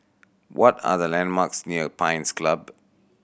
what are the landmarks near Pines Club